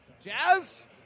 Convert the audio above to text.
Jazz